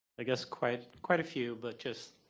i guess quite quite a few but just